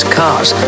cars